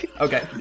Okay